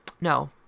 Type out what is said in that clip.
No